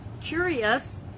curious